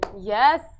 yes